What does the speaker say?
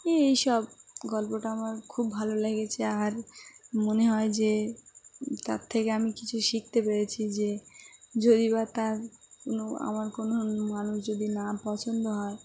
এই এই সব গল্পটা আমার খুব ভালো লেগেছে আর মনে হয় যে তার থেকে আমি কিছু শিখতে পেরেছি যে যদি বা তার কোনো আমার কোনো মানুষ যদি না পছন্দ হয়